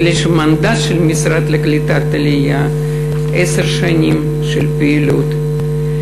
מכיוון שהמנדט של המשרד לקליטת העלייה הוא עשר שנים של פעילות,